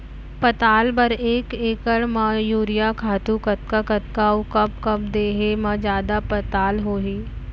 पताल बर एक एकड़ म यूरिया खातू कतका कतका अऊ कब कब देहे म जादा पताल होही?